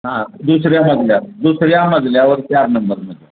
हां दुसऱ्या मजल्यावर दुसऱ्या मजल्यावर चार नंबरमध्ये